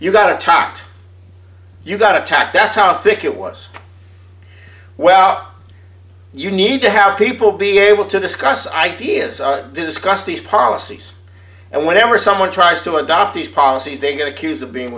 you got attacked you got attacked that's how thick it was well you need to have people be able to discuss ideas discuss these policies and whenever someone tries to adopt these policies they get accused of being